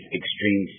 extreme